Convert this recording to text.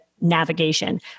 navigation